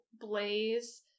blaze